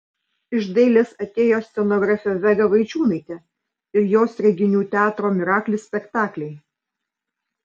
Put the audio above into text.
iš dailės atėjo scenografė vega vaičiūnaitė ir jos reginių teatro miraklis spektakliai